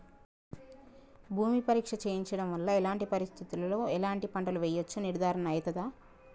భూమి పరీక్ష చేయించడం వల్ల ఎలాంటి పరిస్థితిలో ఎలాంటి పంటలు వేయచ్చో నిర్ధారణ అయితదా?